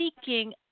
seeking